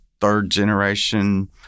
third-generation